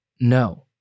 No